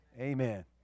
Amen